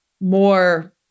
more